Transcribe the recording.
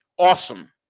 Awesome